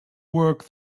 work